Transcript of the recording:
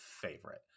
favorite